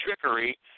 trickery